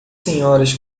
senhoras